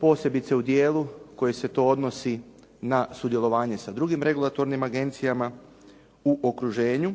posebice u dijelu koji se to odnosi na sudjelovanje s drugim regulatornim agencijama u okruženu,